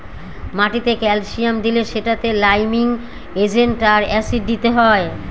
মাটিতে ক্যালসিয়াম দিলে সেটাতে লাইমিং এজেন্ট আর অ্যাসিড দিতে হয়